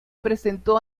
presentó